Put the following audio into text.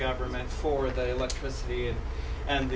government for the electricity and